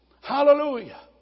Hallelujah